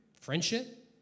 Friendship